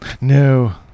no